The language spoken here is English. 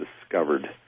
discovered